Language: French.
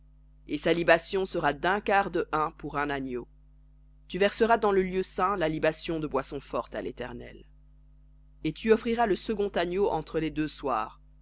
et sa libation sera d'un quart de hin pour un agneau tu verseras dans le lieu saint la libation de boisson forte à léternel et tu offriras le second agneau entre les deux soirs